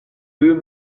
deux